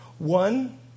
One